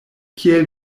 kiel